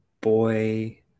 boy